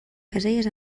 caselles